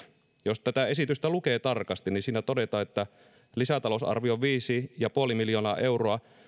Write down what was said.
jos tätä esitystä lukee tarkasti niin siinä todetaan että lisätalousarvion viisi ja puoli miljoonaa euroa